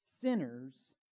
Sinners